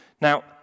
Now